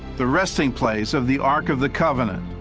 the resting place of the ark of the covenant.